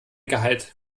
gehalt